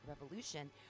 Revolution